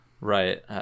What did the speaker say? right